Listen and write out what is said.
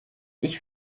ich